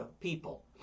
people